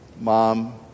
mom